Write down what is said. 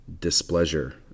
displeasure